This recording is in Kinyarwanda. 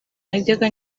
najyaga